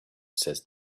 says